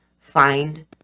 Find